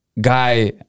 guy